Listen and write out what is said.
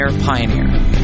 Pioneer